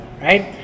right